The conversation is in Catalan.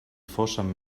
fóssem